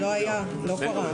באר שבע.